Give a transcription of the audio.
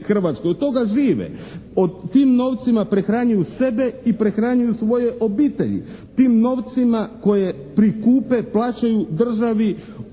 od toga žive. Tim novcima prehranjuju sebe i prehranjuju svoje obitelji. Tim novcima koje prikupe plaćaju državi